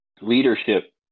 Leadership